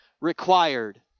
Required